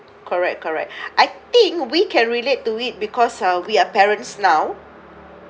correct correct I think we can relate to it because uh we are parents now